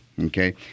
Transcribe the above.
Okay